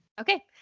Okay